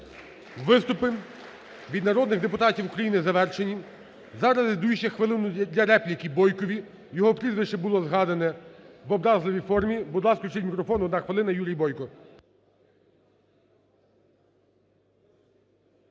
Виступи від народних депутатів України завершені. Зараз надаю ще хвилину для репліки Бойку, його прізвище було згадане в образливій формі. Будь ласка, включіть мікрофон, одна хвилина, Юрій Бойко.